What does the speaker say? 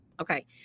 Okay